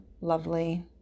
lovely